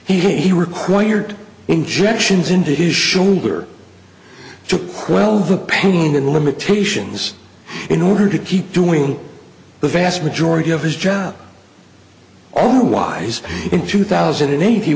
he he required injections into his shoulder to quell the pain and limitations in order to keep doing the vast majority of his job only wise in two thousand and eight